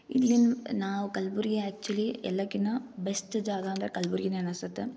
ಇಲ್ಲಿನ ನಾವು ಕಲಬುರ್ಗಿ ಆ್ಯಕ್ಚುಲಿ ಎಲ್ಲಕಿನ್ನ ಬೆಸ್ಟ್ ಜಾಗ ಅಂದ್ರೆ ಕಲ್ಬುರ್ಗಿಯೇ ಅನಿಸುತ್ತ